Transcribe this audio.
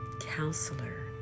counselor